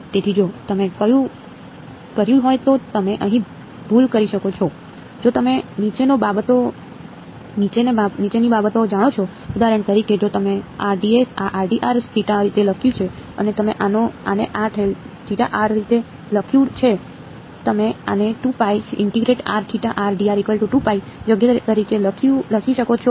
તેથી જો તમે કર્યું હોય તો તમે અહીં ભૂલ કરી શકો છો જો તમે નીચેની બાબતો જાણો છો ઉદાહરણ તરીકે જો તમે આ dS આ રીતે લખ્યું છે અને તમે આને આ રીતે લખ્યું છે તમે આને યોગ્ય તરીકે લખી શકો છો